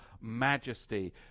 majesty